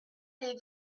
les